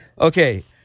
Okay